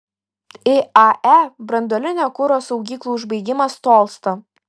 iae branduolinio kuro saugyklų užbaigimas tolsta